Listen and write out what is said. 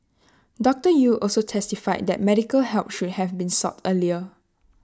doctor Yew also testified that medical help should have been sought earlier